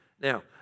Now